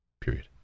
Period